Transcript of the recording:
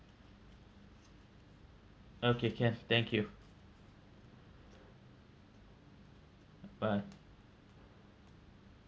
okay can thank you bye